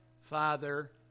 Father